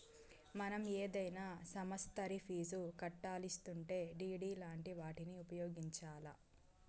మనం ఏదైనా సమస్తరి ఫీజు కట్టాలిసుంటే డిడి లాంటి వాటిని ఉపయోగించాల్ల